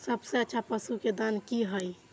सबसे अच्छा पशु के दाना की हय?